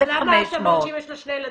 זה 1,500. אז למה אמרת שאם יש לה שני ילדים,